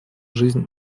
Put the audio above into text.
жизнь